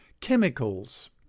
chemicals